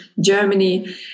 Germany